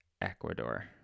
Ecuador